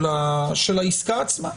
העסקה עצמה.